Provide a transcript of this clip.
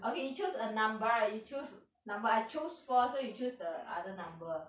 okay 你 choose a number you choose number I choose four so you choose the other number